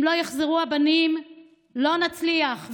אם לא יחזרו הבנים, לא נצליח.